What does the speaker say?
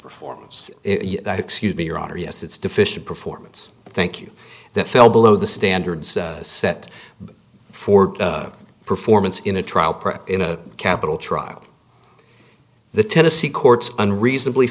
performance excuse me your honor yes it's deficient performance thank you that fell below the standards set for performance in a trial in a capital trial the tennessee courts unreasonably